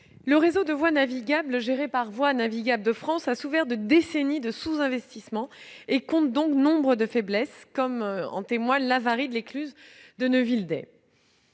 le réseau de voies navigables géré par Voies navigables de France a souffert de décennies de sous-investissement et compte, pour cette raison, nombre de faiblesses, comme en témoigne l'avarie de l'écluse de Neuville-Day.